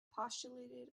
postulated